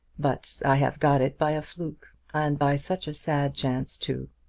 but i have got it by a fluke and by such a sad chance too!